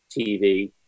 tv